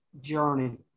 journey